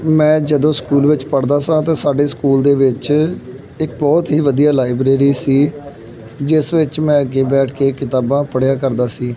ਮੈਂ ਜਦੋਂ ਸਕੂਲ ਵਿੱਚ ਪੜ੍ਹਦਾ ਸਾਂ ਤਾਂ ਸਾਡੇ ਸਕੂਲ ਦੇ ਵਿੱਚ ਇੱਕ ਬਹੁਤ ਹੀ ਵਧੀਆ ਲਾਈਬ੍ਰੇਰੀ ਸੀ ਜਿਸ ਵਿੱਚ ਮੈਂ ਅੱਗੇ ਬੈਠ ਕੇ ਕਿਤਾਬਾਂ ਪੜ੍ਹਿਆ ਕਰਦਾ ਸੀ